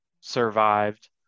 survived